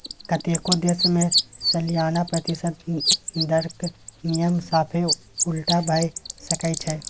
कतेको देश मे सलियाना प्रतिशत दरक नियम साफे उलटा भए सकै छै